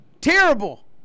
Terrible